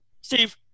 Steve